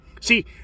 See